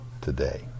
today